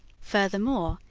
furthermore,